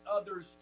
others